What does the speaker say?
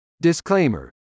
Disclaimer